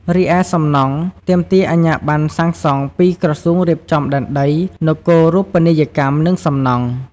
រីឯសំណង់ ទាមទារអាជ្ញាប័ណ្ណសាងសង់ពីក្រសួងរៀបចំដែនដី នគរូបនីយកម្ម និងសំណង់។